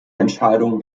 entscheidung